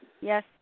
Yes